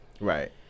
Right